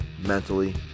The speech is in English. mentally